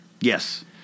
yes